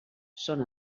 són